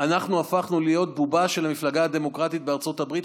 אנחנו הפכנו להיות בובה של המפלגה הדמוקרטית בארצות הברית.